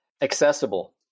accessible